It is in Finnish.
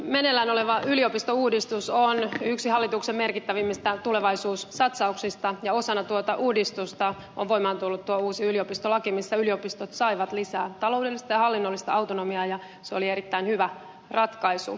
meneillään oleva yliopistouudistus on yksi hallituksen merkittävimmistä tulevaisuussatsauksista ja osana tuota uudistusta on voimaan tullut tuo uusi yliopistolaki missä yliopistot saivat lisää taloudellista ja hallinnollista autonomiaa ja se oli erittäin hyvä ratkaisu